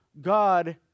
God